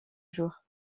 jours